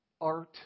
Art